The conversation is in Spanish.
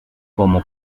como